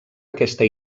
aquesta